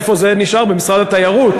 איפה זה נשאר, במשרד התיירות?